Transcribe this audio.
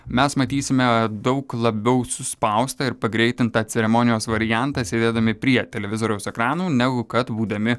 mes matysime daug labiau suspaustą ir pagreitintą ceremonijos variantą sėdėdami prie televizoriaus ekrano negu kad būdami